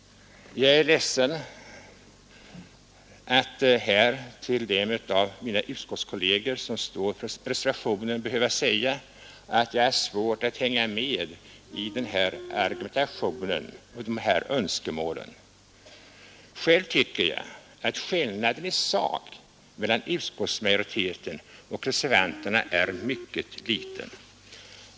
Jag är ledsen över att här behöva säga till de av mina utskottskolleger som står för reservationen att jag har svårt att hänga med i denna argumentation och de här önskemålen. sak mellan utskottsmajoriteten och ri älv tycker jag att skillnaden i ervanterna är mycket liten.